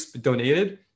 donated